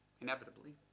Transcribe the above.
Inevitably